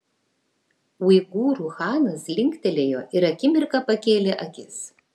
uigūrų chanas linktelėjo ir akimirką pakėlė akis